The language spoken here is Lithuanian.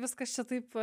viskas čia taip